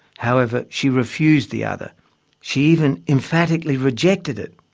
however, she refused the other she even emphatically rejected it,